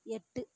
எட்டு